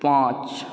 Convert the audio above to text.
पाँच